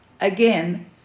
again